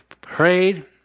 prayed